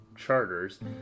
charters